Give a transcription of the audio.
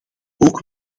ook